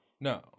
No